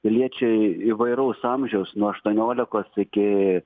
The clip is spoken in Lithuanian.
piliečiai įvairaus amžiaus nuo aštuoniolikos iki